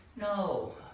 no